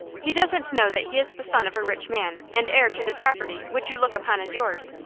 he doesn't know that he is the son of a rich man, and heir to the property which you look upon as yours.